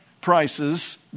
prices